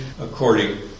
according